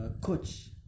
Coach